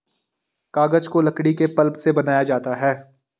कागज को लकड़ी के पल्प से बनाया जाता है